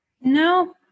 No